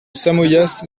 samoyas